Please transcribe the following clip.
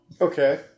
Okay